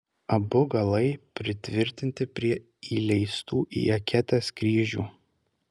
abu galai pritvirtinti prie įleistų į eketes kryžių